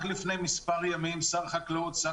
רק לפני מספר ימים שר החקלאות והשר